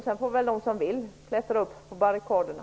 De som vill får väl klättra upp på barrikaderna.